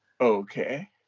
Okay